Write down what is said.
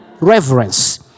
reverence